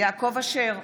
יעקב אשר,